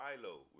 Philo